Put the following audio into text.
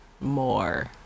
more